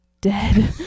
dead